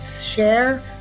share